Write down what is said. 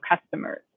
customers